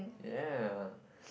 yeah